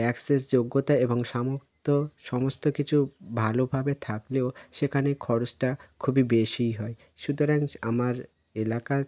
access যোগ্যতা এবং সামত্য সমস্ত কিছু ভালোভাবে থাকলেও সেখানে খরচটা খুবই বেশিই হয় সুতরাং আমার এলাকার